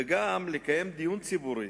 כמו כן, לקיים דיון ציבורי,